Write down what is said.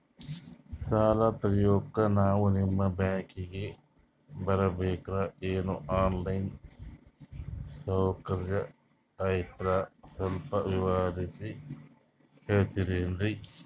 ಸಾಲ ತೆಗಿಯೋಕಾ ನಾವು ನಿಮ್ಮ ಬ್ಯಾಂಕಿಗೆ ಬರಬೇಕ್ರ ಏನು ಆನ್ ಲೈನ್ ಸೌಕರ್ಯ ಐತ್ರ ಸ್ವಲ್ಪ ವಿವರಿಸಿ ಹೇಳ್ತಿರೆನ್ರಿ?